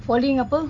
falling apa